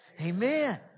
Amen